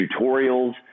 tutorials